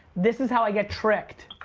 this is how i get tricked.